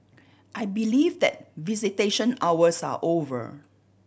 I believe that visitation hours are over